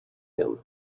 him